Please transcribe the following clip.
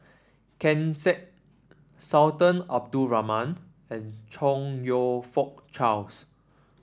Ken Seet Sultan Abdul Rahman and Chong You Fook Charles